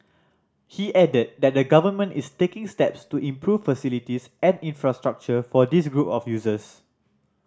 he added that the Government is taking steps to improve facilities and infrastructure for this group of users